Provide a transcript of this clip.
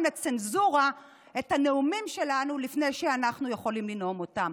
לצנזורה את הנאומים שלנו לפני שאנחנו יכולים לנאום אותם.